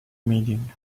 meeting